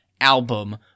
album